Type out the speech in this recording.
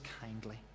kindly